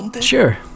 Sure